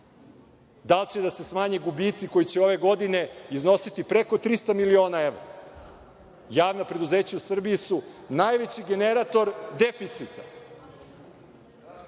da li će da se smanje gubici koji će ove godine iznositi preko 300 miliona evra. Javna preduzeća u Srbiji su najveći generator deficita.